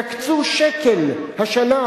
תקצו שקל השנה,